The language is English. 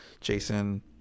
Jason